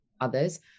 others